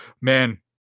man